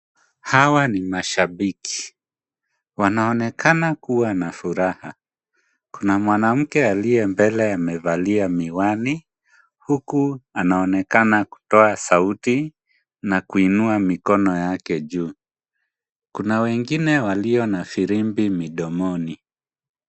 Hawa ni mashabiki, wanaonekana kuwa na furaha. Kuna mwanamke aliye mbele amevalia miwani, huku anaonekana kutoa sauti na kuinua mikono yake juu. Kuna wengine walio na filimbi midomoni.